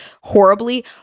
horribly